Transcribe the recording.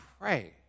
pray